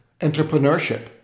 entrepreneurship